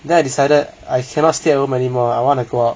then I decided I cannot stay at home anymore I want to go out